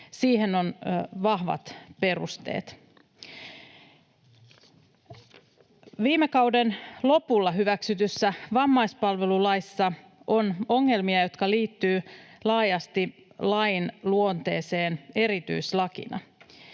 Siihen on vahvat perusteet. Viime kauden lopulla hyväksytyssä vammaispalvelulaissa on ongelmia, jotka liittyvät laajasti lain luonteeseen erityislakina.